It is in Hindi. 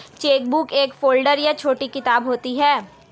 चेकबुक एक फ़ोल्डर या छोटी किताब होती है